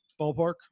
ballpark